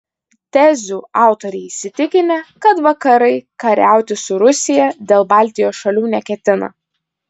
tezių autoriai įsitikinę kad vakarai kariauti su rusija dėl baltijos šalių neketina